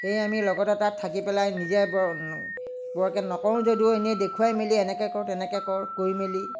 সেয়ে আমি লগতে তাত থাকি পেলাই নিজে বৰকৈ নকওঁ যদিও ইনেই দেখুৱাই মেলি এনেকৈ কৰ তেনেকৈ কৰ কৈ মেলি